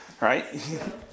Right